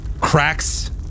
cracks